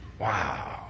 Wow